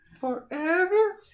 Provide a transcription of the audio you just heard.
forever